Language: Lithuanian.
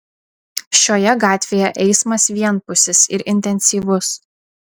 šioje gatvėje eismas vienpusis ir intensyvus